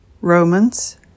Romans